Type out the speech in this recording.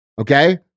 okay